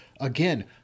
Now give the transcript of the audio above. Again